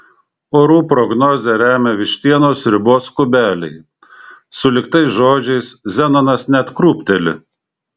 orų prognozę remia vištienos sriubos kubeliai sulig tais žodžiais zenonas net krūpteli